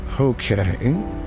Okay